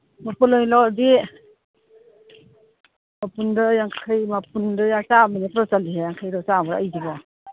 ꯃꯄꯨꯟ ꯑꯣꯏ ꯂꯧꯔꯗꯤ ꯃꯄꯨꯟꯗ ꯌꯥꯡꯈꯩ ꯃꯄꯨꯟꯗ ꯆꯥꯝꯃ ꯅꯠꯇ꯭ꯔꯣ ꯆꯜꯂꯤꯁꯦ ꯌꯥꯡꯈꯩꯔꯣ ꯆꯥꯝꯃꯔꯣ ꯑꯩꯁꯤꯕꯣ